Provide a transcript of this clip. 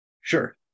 sure